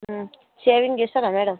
shaving చేస్తారా madam